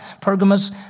Pergamos